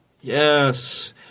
Yes